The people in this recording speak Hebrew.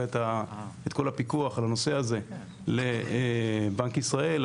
את כל הפיקוח על הנושא הזה לבנק ישראל,